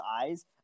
eyes